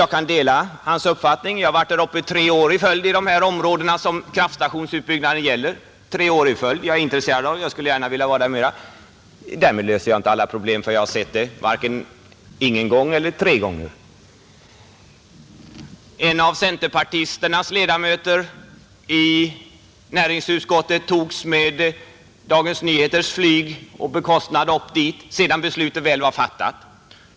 Jag kan dela hans uppfattning. Tre år i följd har jag varit i de områden som kraftstationsutbyggnaden gäller. Jag är intresserad av detta och skulle gärna vilja vara där mera. Därför att jag har sett områdena — vare sig det gäller en eller tre gånger — löser jag inte alla problem. En av centerpartisternas ledamöter i näringsutskottet togs med Dagens Nyheters flyg och på tidningens bekostnad upp dit sedan beslutet väl var fattat.